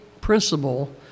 principle